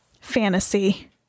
fantasy